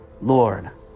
Lord